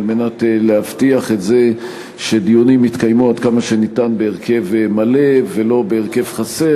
על מנת להבטיח שדיונים יתקיימו עד כמה שניתן בהרכב מלא ולא בהרכב חסר.